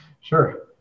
Sure